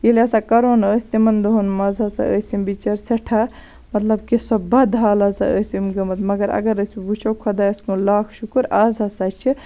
ییٚلہِ ہسا کَرونا ٲسۍ تِمن دۄہَن منٛز ہسا ٲسۍ یِم بِچٲرۍ سٮ۪ٹھاہ مطلب کہِ سۄ بد حالت ٲسۍ یِم گٔمٕتۍ مَگر اَگر أسۍ وُچھو خۄدایَس کُن لاکھ شُکُر آز ہسا چھِ